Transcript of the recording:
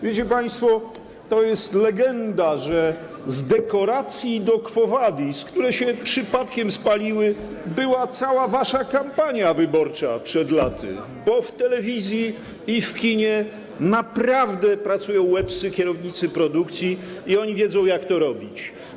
Wiecie państwo, to jest legenda, że z dekoracji do „Quo vadis”, które się przypadkiem spaliły, była cała wasza kampania wyborcza przed laty, bo w telewizji i w kinie naprawdę pracują łebscy kierownicy produkcji i oni wiedzą, jak to robić.